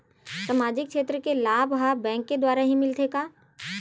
सामाजिक क्षेत्र के लाभ हा बैंक के द्वारा ही मिलथे का?